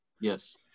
Yes